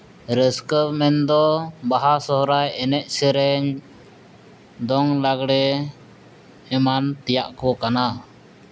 ᱨᱟᱹᱥᱠᱟᱹ ᱢᱮᱱ ᱫᱚ ᱵᱟᱦᱟ ᱥᱚᱦᱨᱟᱭ ᱮᱱᱮᱡ ᱥᱮᱨᱮᱧ ᱫᱚᱝ ᱞᱟᱜᱽᱬᱮ ᱮᱢᱟᱱ ᱛᱮᱭᱟᱜ ᱠᱚ ᱠᱟᱱᱟ